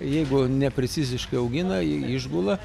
jeigu nepreciziškai augina ji išgula